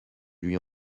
lui